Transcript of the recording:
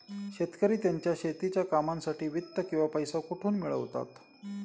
शेतकरी त्यांच्या शेतीच्या कामांसाठी वित्त किंवा पैसा कुठून मिळवतात?